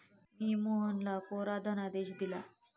मी मोहनला कोरा धनादेश दिला